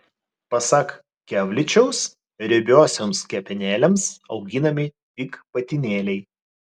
pasak kevličiaus riebiosioms kepenėlėms auginami tik patinėliai